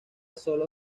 sólo